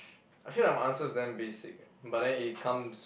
actually like my answer is damn basic eh but then it comes